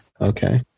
Okay